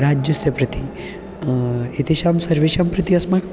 राज्यस्य प्रति एतेषां सर्वेषां प्रति अस्माकं